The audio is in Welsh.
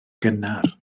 gynnar